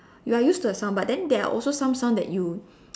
you are used to the sound but then there are also some sound that you